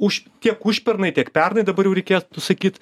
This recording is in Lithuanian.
už tiek užpernai tiek pernai dabar jau reikėtų sakyt